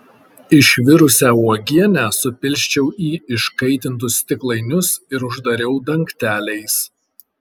išvirusią uogienę supilsčiau į iškaitintus stiklainius ir uždariau dangteliais